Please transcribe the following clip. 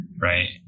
Right